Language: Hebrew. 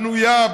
פנויה,